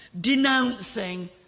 denouncing